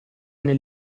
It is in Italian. nel